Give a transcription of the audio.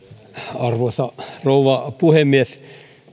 arvoisa rouva puhemies